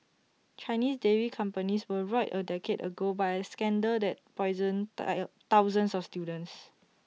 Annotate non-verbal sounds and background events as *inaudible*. Chinese dairy companies were roiled A decade ago by A scandal that poisoned *unintelligible* thousands of students